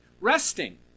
Resting